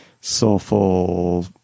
soulful